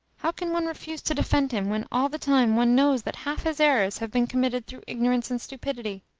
how can one refuse to defend him when all the time one knows that half his errors have been committed through ignorance and stupidity?